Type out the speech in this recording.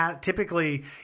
typically